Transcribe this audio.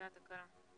120 יום.